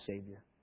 Savior